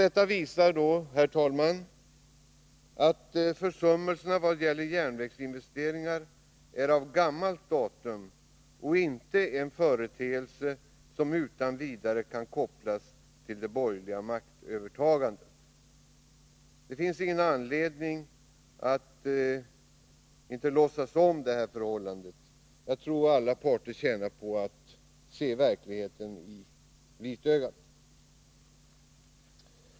Detta visar, herr talman, att försummelserna vad gäller järnvägsinvesteringar är av gammalt datum och inte en företeelse som utan vidare kan kopplas till det borgerliga maktövertagandet. Det finns ingen anledning att inte låtsas om detta förhållande. Jag tror att alla parter tjänar på att se verkligheten i vitögat.